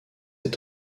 est